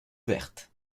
verte